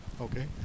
okay